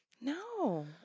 No